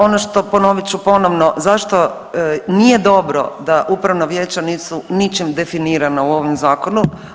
Ono što, ponovit ću ponovno zašto nije dobro da upravna vijeća nisu ničim definirana u ovom zakonu.